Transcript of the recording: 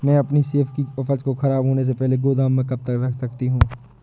मैं अपनी सेब की उपज को ख़राब होने से पहले गोदाम में कब तक रख सकती हूँ?